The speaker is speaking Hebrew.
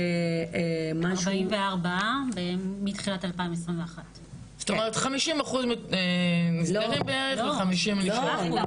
44 מתחילת 2021. זאת אומרת 50% נסגרים בערך ו-50 נשארים.